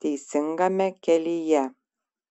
teisingame kelyje